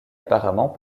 apparemment